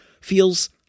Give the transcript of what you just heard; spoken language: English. feels